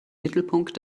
mittelpunkt